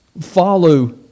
follow